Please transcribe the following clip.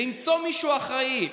למצוא מישהו אחראי.